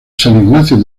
ignacio